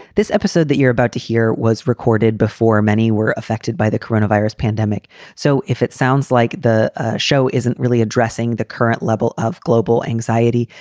this episode that you're about to hear was recorded before many were affected by the coronavirus pandemic so if it sounds like the show isn't really addressing the current level of global anxiety,